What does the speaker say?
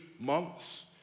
months